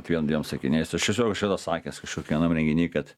dviem dviem sakiniais aš esu jau šitą sakęs kašokiam ienam renginy kad